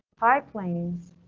high plains,